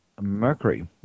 mercury